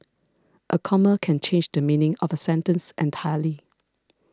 a comma can change the meaning of a sentence entirely